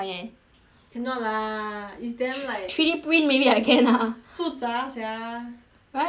cannot lah it's damn like three three print maybe I can ah 复杂 sia right ya